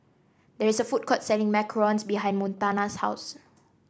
there is a food court selling macarons behind Montana's house